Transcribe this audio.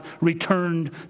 returned